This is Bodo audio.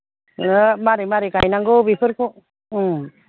नोङो मारै मारै गायनांगौ बेफोरखौ उम